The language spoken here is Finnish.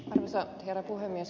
arvoisa herra puhemies